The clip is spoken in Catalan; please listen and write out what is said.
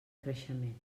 creixement